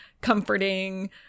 comforting